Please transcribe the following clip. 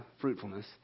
fruitfulness